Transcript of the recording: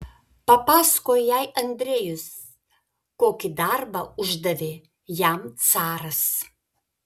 papasakojo jai andrejus kokį darbą uždavė jam caras